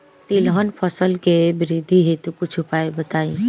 तिलहन फसल के वृद्धि हेतु कुछ उपाय बताई?